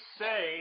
say